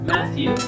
Matthew